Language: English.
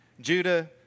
Judah